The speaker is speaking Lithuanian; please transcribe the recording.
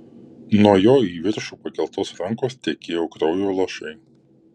nuo jo į viršų pakeltos rankos tekėjo kraujo lašai